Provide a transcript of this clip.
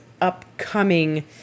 upcoming